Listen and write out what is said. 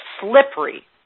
Slippery